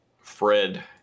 Fred